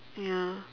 ya